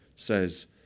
says